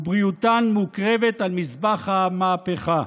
ובריאותן מוקרבת על מזבח המהפכה.